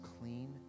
clean